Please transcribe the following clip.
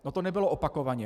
To nebylo opakovaně.